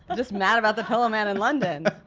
but just mad about the pillow man in london.